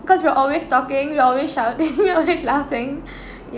because we're always talking we're always shouting we're always laughing